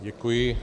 Děkuji.